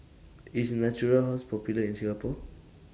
IS Natura House Popular in Singapore